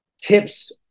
Tips